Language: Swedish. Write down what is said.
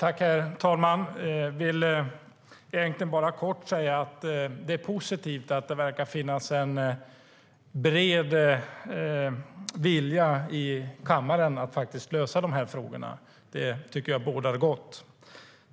STYLEREF Kantrubrik \* MERGEFORMAT Svar på interpellationerHerr talman! Det är positivt att det verkar finnas en bred vilja i kammaren att lösa de här frågorna. Det tycker jag bådar gott.